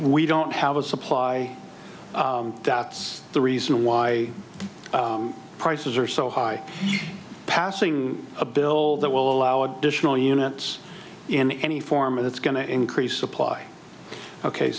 we don't have a supply that's the reason why prices are so high passing a bill that will allow additional units in any form and it's going to increase supply ok